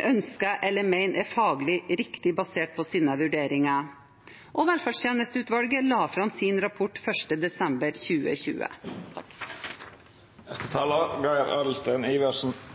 ønsker eller mener er faglig riktig basert på sine vurderinger. Velferdstjenesteutvalget la fram sin rapport 1. desember 2020.